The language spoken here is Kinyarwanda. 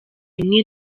imwe